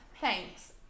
thanks